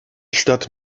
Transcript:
stadt